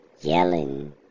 yelling